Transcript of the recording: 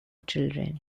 children